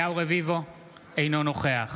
אינו נוכח